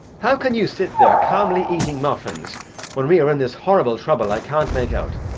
how can you sit there, calmly eating muffins when we are in this horrible trouble, i can't make out.